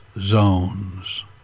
Zones